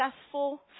successful